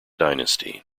dynasty